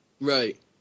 right